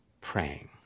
praying